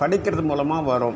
படிக்கிறது மூலமாக வரும்